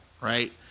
right